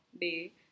day